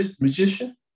magician